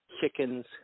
chickens